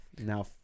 Now